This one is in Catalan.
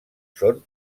són